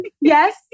Yes